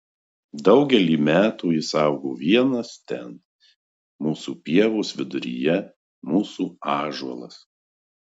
daugelį metų jis augo vienas ten mūsų pievos viduryje mūsų ąžuolas